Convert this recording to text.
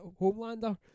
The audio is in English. Homelander